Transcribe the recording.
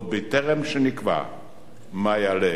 עוד בטרם נקבע מה יעלה